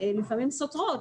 לפעמים סותרות,